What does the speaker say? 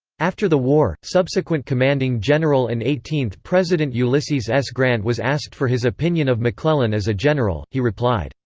after the war, subsequent commanding general and eighteenth president ulysses s. grant was asked for his opinion of mcclellan as a general he replied,